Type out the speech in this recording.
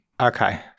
Okay